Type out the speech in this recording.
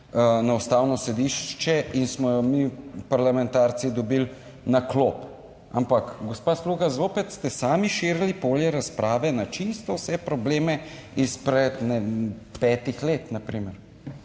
na Ustavno sodišče in smo jo mi, parlamentarci, dobili na klop, ampak gospa Sluga, zopet ste sami širili polje razprave na čisto vse probleme izpred petih let, na primer.